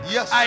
Yes